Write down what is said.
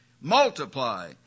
Multiply